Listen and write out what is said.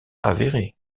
avérée